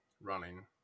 running